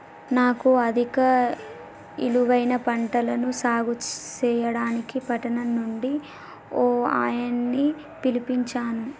నాను అధిక ఇలువైన పంటలను సాగు సెయ్యడానికి పట్టణం నుంచి ఓ ఆయనని పిలిపించాను